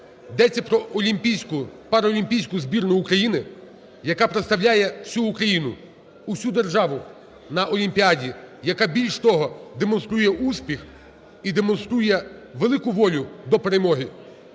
паралімпійську збірну України, яка представляє всю України, всю державу на олімпіаді. Яка більше того демонструє успіх і демонструє велику волю до перемоги.